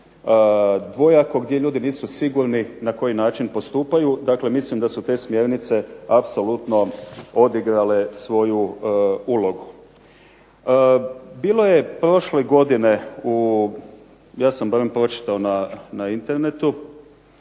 dvojako, gdje ljudi nisu sigurni na koji način postupaju. Dakle, mislim da su te smjernice apsolutno odigrale svoju ulogu. Bilo je prošle godine u, ja sam barem pročitao na internetu,